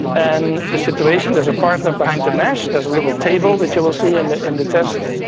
and the situation, there's a partner behind the mesh, there's a little table that you will see in the in the test.